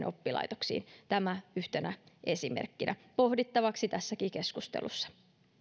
oppilaitoksiin tämä yhtenä esimerkkinä pohdittavaksi tässäkin keskustelussa